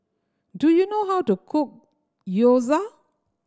do you know how to cook Gyoza